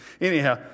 Anyhow